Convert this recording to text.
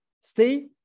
Stay